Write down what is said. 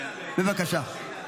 בבקשה.